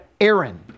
Aaron